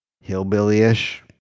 hillbilly-ish